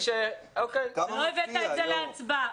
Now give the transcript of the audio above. לא הבאת את זה להצבעה.